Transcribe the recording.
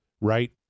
Right